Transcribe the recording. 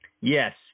Yes